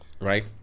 right